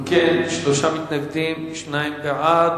אם כן, שלושה מתנגדים, שניים בעד.